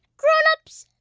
grown-ups,